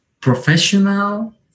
professional